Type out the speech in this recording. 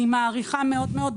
אני מעריכה אותך מאוד,